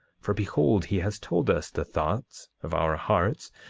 for behold, he has told us the thoughts of our hearts,